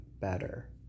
better